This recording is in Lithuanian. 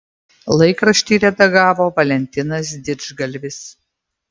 laikraštį redagavo valentinas didžgalvis